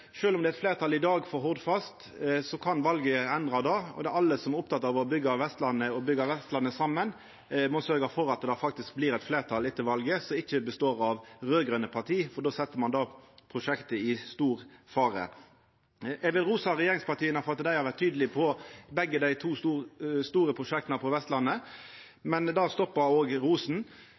om det er eit fleirtal i dag for Hordfast, kan valet endra det. Alle som er opptekne av å byggja Vestlandet og å byggja saman Vestlandet, må sørgja for at det etter valet faktisk blir eit fleirtal som ikkje består av raud-grøne parti, for då set ein prosjektet i stor fare. Eg vil rosa regjeringspartia for at dei har vore tydelege på begge dei to store prosjekta på Vestlandet, men der stoppar òg rosen.